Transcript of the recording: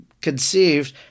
conceived